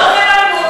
לא גררנו אותך.